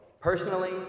Personally